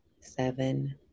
seven